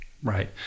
Right